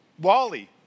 Wally